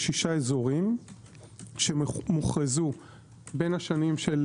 זה שישה אחוזים שמוכרזו בין 2009,